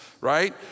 right